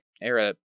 era